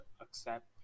accept